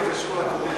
זה קשור לקודם.